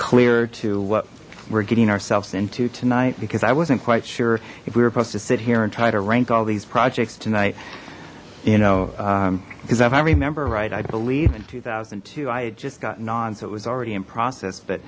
clear to what we're getting ourselves into tonight because i wasn't quite sure if we were posed to sit here and try to rank all these projects tonight you know because i've i remember right i believe in two thousand and two i had just gotten on so it was already in process but